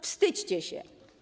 Wstydźcie się.